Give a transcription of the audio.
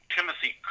Timothy